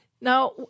Now